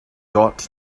got